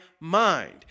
mind